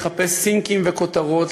לחפש סינקים וכותרות,